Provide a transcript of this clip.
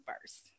first